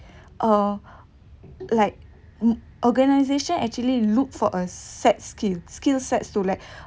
uh like organisation actually look for a set skill skill sets to like